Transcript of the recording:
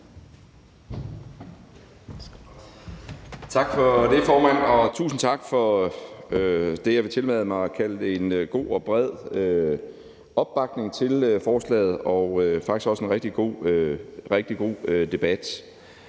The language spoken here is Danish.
Tak for det, formand. Og tusind tak for det, jeg vil tillade mig at kalde en god og bred opbakning til forslaget, og faktisk også for en rigtig god debat.